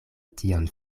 tion